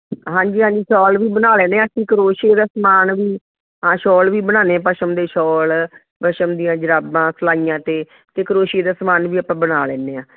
ਹਾਂਜੀ ਹਾਂਜੀ ਸ਼ੋਲ ਵੀ ਬਣਾ ਲੈਂਦੇ ਹਾਂ ਅਸੀਂ ਕਰੋਸ਼ੀਏ ਦਾ ਸਮਾਨ ਵੀ ਹਾਂ ਸ਼ੋਲ ਵੀ ਬਣਾਉਂਦੇ ਹਾਂ ਪਛਮ ਦੇ ਸ਼ੋਲ ਪਛਮ ਦੀਆਂ ਜੁਰਾਬਾਂ ਸਲਾਈਆਂ 'ਤੇ ਅਤੇ ਕਰੋਸ਼ੀਏ ਦਾ ਸਮਾਨ ਵੀ ਆਪਾਂ ਬਣਾ ਲੈਂਦੇ ਹਾਂ